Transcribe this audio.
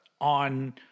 On